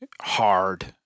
hard